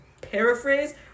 paraphrase